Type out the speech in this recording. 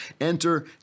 Enter